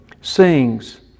sings